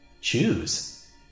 Choose